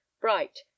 Bright